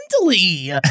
mentally